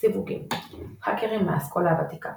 סיווגים האקרים מהאסכולה הוותיקה